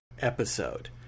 episode